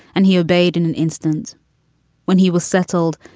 and he obeyed in an instant when he was settled.